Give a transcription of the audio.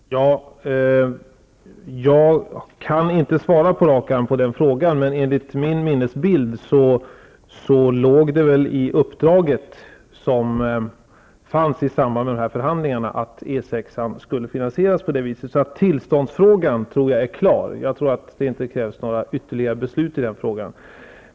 Herr talman! Jag kan inte svara på den frågan på rak arm, men enligt min minnesbild låg det i uppdraget som fanns i samband med de här förhandlingarna att E 6 skulle finansieras på det viset. Tillståndsfrågan tror jag är klar. Jag tror inte att det krävs några ytterligare beslut i den frågan.